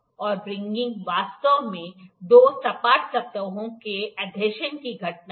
और व्रिंगगिंग वास्तव में दो सपाट सतहों के एधेशन की घटना है